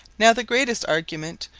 now, the greatest argument,